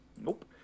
Nope